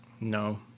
No